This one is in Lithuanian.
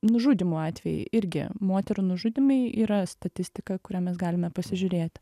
nužudymo atvejai irgi moterų nužudymai yra statistika kurią mes galime pasižiūrėt